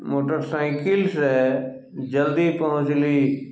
मोटरसाइकिलसँ जल्दी पहुँचली